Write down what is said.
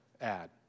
ad